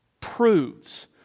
proves